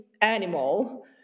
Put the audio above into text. animal